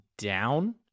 down